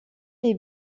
les